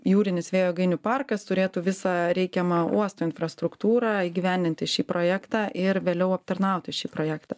jūrinis vėjo jėgainių parkas turėtų visą reikiamą uosto infrastruktūrą įgyvendinti šį projektą ir vėliau aptarnauti šį projektą